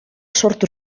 sortu